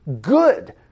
good